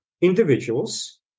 individuals